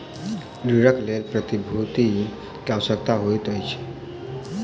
ऋणक लेल प्रतिभूति के आवश्यकता होइत अछि